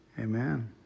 Amen